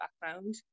background